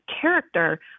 character